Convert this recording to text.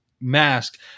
mask